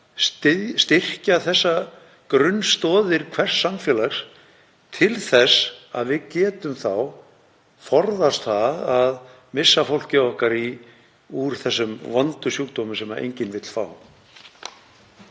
styrkja þessar grunnstoðir hvers samfélags til að við getum forðast það að missa fólkið okkar úr þessum vondu sjúkdómum sem enginn vill fá?